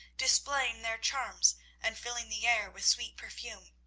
displaying their charms and filling the air with sweet perfume.